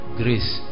grace